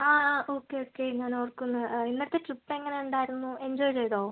ആ ആ okay okay ഞാൻ ഓർക്കുന്നു ഇന്നത്തെ ട്രിപ്പ് എങ്ങനെ ഉണ്ടായിരുന്നു എൻജോയ് ചെയ്തോ